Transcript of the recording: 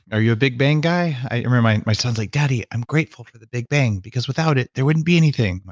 are you a big bang guy? i remember, my my son's like, daddy, i'm grateful for the big bang because without it, there wouldn't be anything. like,